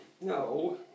No